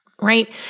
right